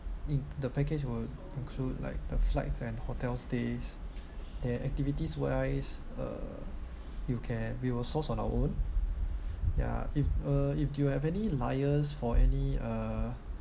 in the package will include like the flights and hotel stays the activities wise uh you can we will source on our own ya if uh if you have any liaise for any uh